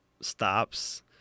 stops